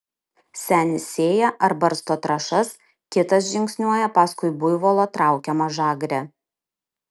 senis sėja ar barsto trąšas kitas žingsniuoja paskui buivolo traukiamą žagrę